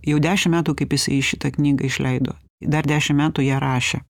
jau dešim metų kaip jisai šitą knygą išleido dar dešimt metų ją rašė